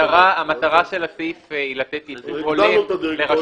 המטרה של הסעיף היא לתת ייצוג הולם לרשויות